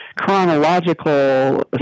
chronological